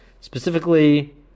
specifically